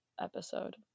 episode